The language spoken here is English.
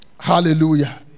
Hallelujah